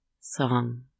song